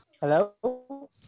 Hello